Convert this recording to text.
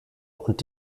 und